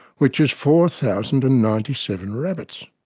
which is four thousand and ninety seven rabbits.